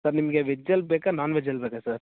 sir ನಿಮಗೆ ವೆಜ್ಜಲ್ಲಿ ಬೇಕಾ ನಾನ್ವೆಜ್ಜಲ್ಲಿ ಬೇಕಾ ಸರ್